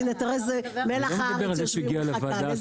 תראה איזה מלח הארץ יושבים לך כאן.